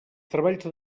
treballs